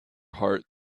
heart